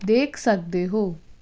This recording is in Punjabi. ਦੇਖ ਸਕਦੇ ਹੋ